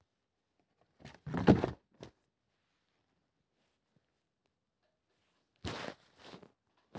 पइसा जमा कोई दुसर झन भी कर सकत त ह का?